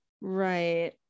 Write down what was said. Right